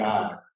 God